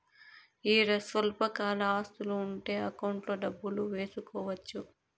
ఈడ స్వల్పకాల ఆస్తులు ఉంటే అకౌంట్లో డబ్బులు వేసుకోవచ్చు